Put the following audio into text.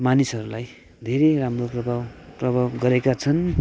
मानिसहरूलाई धेरै राम्रो प्रभाव प्रभाव गरेका छन्